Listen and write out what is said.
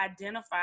identify